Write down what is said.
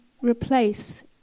replace